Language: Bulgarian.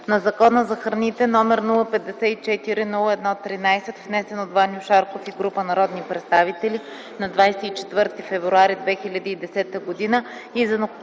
на Закона за храните, № 054-01-13, внесен от Ваньо Шарков и група народни представители на 24 февруари 2010 г. и